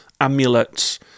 amulets